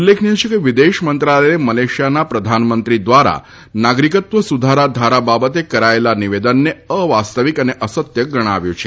ઉલ્લેખનીય છે કે વિદેશ મંત્રાલયે મલેશિયાના પ્રધાનમંત્રી દ્વારા નાગરિકત્વ સુધારા ધારા બાબતે કરાયેલા નિવેદનને અવાસ્તવિક અને અસત્ય ગણાવ્યું છે